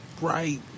right